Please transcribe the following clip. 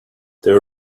they